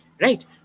Right